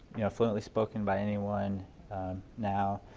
you know, fluently spoken by anyone now,